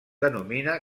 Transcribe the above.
denomina